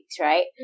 right